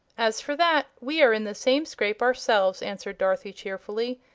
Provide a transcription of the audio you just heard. as for that, we are in the same scrape ourselves, answered dorothy, cheerfully.